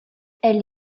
elle